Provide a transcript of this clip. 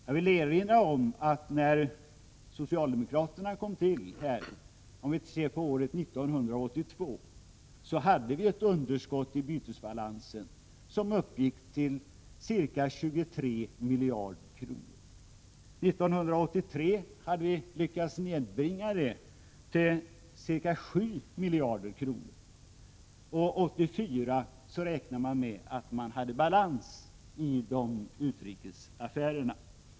Jag vill erinra om att när socialdemokraterna kom till makten år 1982 hade vi ett underskott i bytesbalansen som uppgick till ca 23 miljarder kronor. År 1983 hade vi lyckats nedbringa det till ca 7 miljarder. Och 1984 räknade man med en balans i utrikesaffärerna.